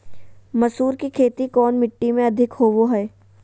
मसूर की खेती कौन मिट्टी में अधीक होबो हाय?